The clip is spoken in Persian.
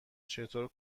چطور